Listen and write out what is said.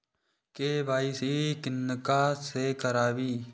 KYC किनका से कराबी?